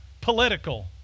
political